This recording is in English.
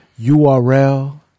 url